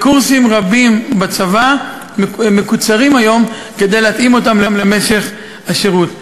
קורסים רבים בצבא מקוצרים היום כדי להתאים אותם למשך השירות.